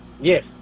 Yes